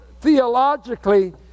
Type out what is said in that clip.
theologically